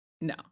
no